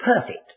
Perfect